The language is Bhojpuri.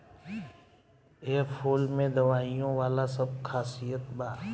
एह फूल में दवाईयो वाला सब खासियत बा